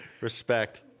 Respect